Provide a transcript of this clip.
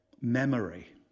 memory